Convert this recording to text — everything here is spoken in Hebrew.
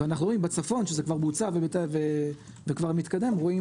בצפון זה כבר בוצע וזה כבר מתקדם ורואים